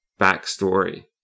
backstory